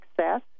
Success